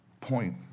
point